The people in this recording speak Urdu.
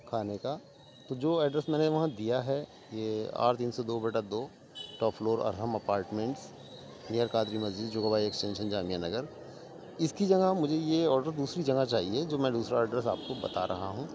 کھانے کا تو جو ایڈریس میں نے وہاں دیا ہے یہ آٹھ تین سو دو بٹا دو top floor Arham apartments near Qadri Masjid Jogabai extension Jamia Nagar اس کی جگہ مجھے یہ آڈر دوسری جگہ چاہیے جو میں دوسرا ایڈریس آپ کو بتا رہا ہوں